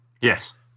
Yes